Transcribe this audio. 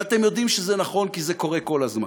ואתם יודעים שזה נכון, כי זה קורה כל הזמן,